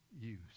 use